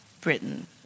Britain